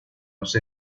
los